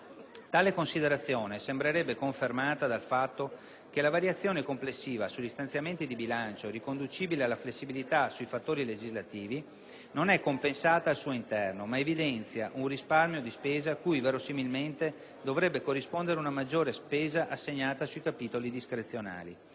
Tale considerazione sembrerebbe confermata dal fatto che la variazione complessiva sugli stanziamenti di bilancio riconducibile alla flessibilità sui fattori legislativi non è compensata al suo interno, ma evidenzia un risparmio di spesa, cui verosimilmente dovrebbe corrispondere una maggiore spesa assegnata sui capitoli discrezionali.